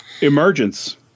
emergence